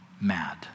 mad